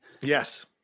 yes